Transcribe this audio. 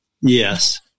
Yes